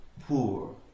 Poor